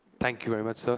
thank you very much, sir.